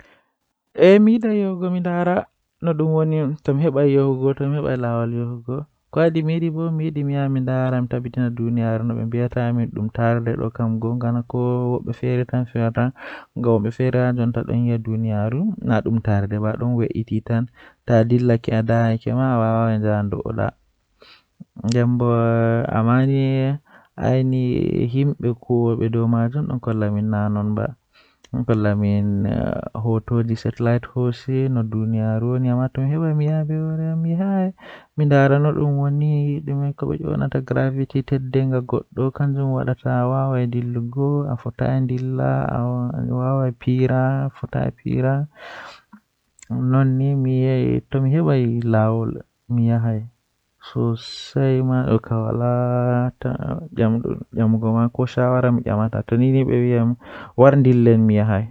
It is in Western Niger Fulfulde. Ehe, Miyahan asama tomi heɓake laawol ngan asama do naa mo kala meeɗi yahugo ngamman tomi yahi mi laarinan hoore huunde duuɗum nden mi maran anndal haadow ko asama mai wontiri naana Sei to goɗɗo feere yecci am seini mi hokka habaru nda nobɗum woni